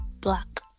black